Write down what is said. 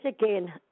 again